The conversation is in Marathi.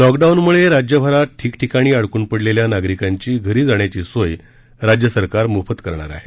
लॉकडाऊनमूळं राज्यभरात ठिकठिकाणी अडकून पडलेल्या नागरिकांची घरी जाण्याची सोय राज्य सरकार मोफत करणार आहे